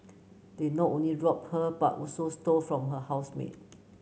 they not only robbed her but also stole from her housemate